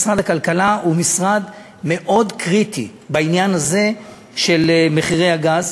משרד הכלכלה הוא משרד מאוד קריטי בעניין הזה של מחירי הגז.